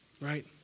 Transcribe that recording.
Right